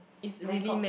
Bangkok